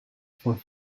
for